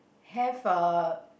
have a